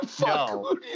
No